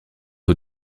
aux